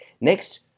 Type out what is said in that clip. Next